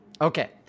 Okay